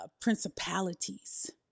principalities